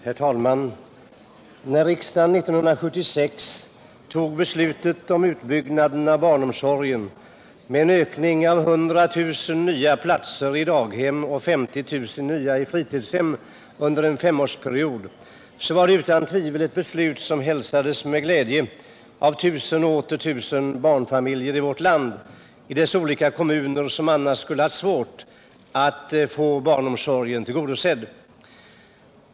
Herr talman! När riksdagen 1976 fattade beslutet om en utbyggnad av barnomsorgen med 100 000 nya platser i daghem och 50 000 nya platser i fritidshem under en femårsperiod, var det utan tvivel ett beslut som hälsades med glädje av tusen och åter tusen barnfamiljer i vårt lands olika kommuner, som annars skulle ha haft svårt att få barnomsorgen tillgodosedd.